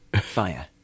Fire